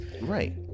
right